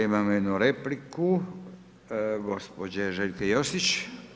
Imamo jednu repliku gospođe Željke Josić.